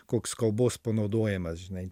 koks kalbos panaudojimas žinai